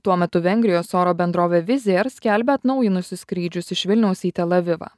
tuo metu vengrijos oro bendrovė wizzair skelbia atnaujinusi skrydžius iš vilniaus į telavivą